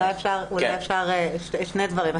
שני דברים.